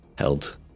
Held